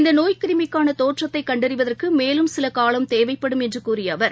இந்தநோய்க்கிருமிக்கானதோற்றத்தைகண்டறிவதற்குமேலும் சிலகாலம் தேவைப்படும் என்றுகூறியஅவர்